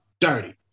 dirty